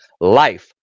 life